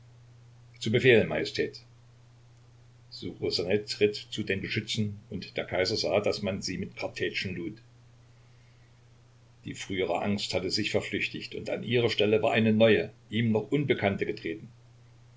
zu befehl majestät ssuchosanet ritt zu den geschützen und der kaiser sah daß man sie mit kartätschen lud die frühere angst hatte sich verflüchtigt und an ihre stelle war eine neue ihm noch unbekannte getreten